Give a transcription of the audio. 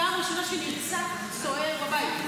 פעם ראשונה שנרצח סוהר בבית.